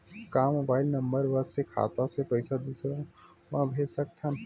का mobile number बस से खाता से पईसा दूसरा मा भेज सकथन?